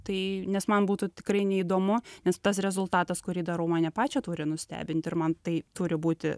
tai nes man būtų tikrai neįdomu nes tas rezultatas kurį darau mane pačią turi nustebint ir man tai turi būti